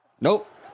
Nope